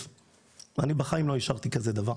אני בחיים לא אישרתי כזה דבר,